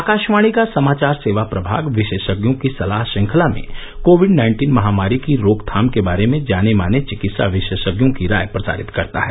आकाशवाणी का समाचार सेवा प्रभाग विशेषज्ञों की सलाह श्रंखला में कोविड नाइन्टीन महामारी की रोकथाम के बारे में जाने माने चिकित्सा विरोषज्ञों की राय प्रसारित करता है